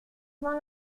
voilà